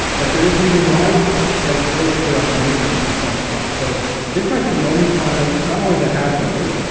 that there is even life that exists throughout the universe besides us. so this might be the only planet, not only that has life.